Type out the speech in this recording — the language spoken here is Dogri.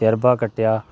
तजर्बा कट्टेआ